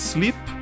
Sleep